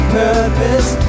purpose